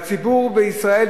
והציבור בישראל,